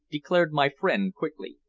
declared my friend quickly.